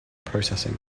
processing